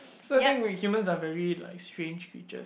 so I think we humans are very like strange creatures